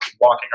walking